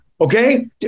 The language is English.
Okay